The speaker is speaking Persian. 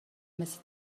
مثل